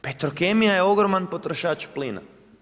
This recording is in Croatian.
Petrokemija je ogroman potrošač plina.